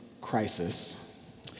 crisis